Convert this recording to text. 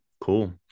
cool